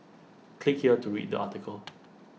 click here to read the article